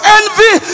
envy